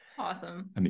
Awesome